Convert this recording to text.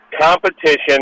competition